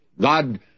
God